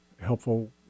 helpful